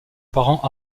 parents